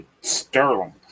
Sterling